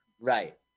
Right